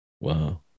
Wow